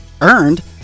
Earned